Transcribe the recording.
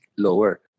lower